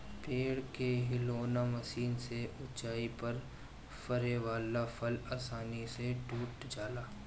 पेड़ हिलौना मशीन से ऊंचाई पर फरे वाला फल आसानी से टूट जाला